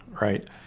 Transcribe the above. right